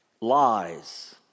lies